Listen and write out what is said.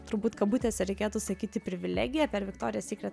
turbūt kabutėse reikėtų sakyti privilegiją per viktorijos sykret